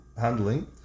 handling